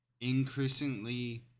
increasingly